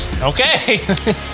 Okay